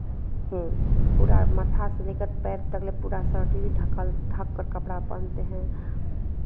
पूरा माथा से लेकर पैर तक ले पूरा शरीर ढकल ढककर कपड़ा पहनते हैं